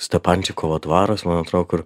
stepančikovo dvaras man atro kur